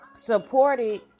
supported